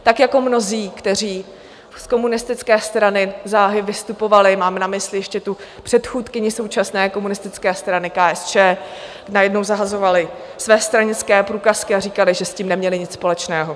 Tak jako mnozí, kteří z komunistické strany záhy vystupovali, mám na mysli ještě předchůdkyni současné komunistické strany, KSČ, najednou zahazovali své stranické průkazky a říkali, že s tím neměli nic společného.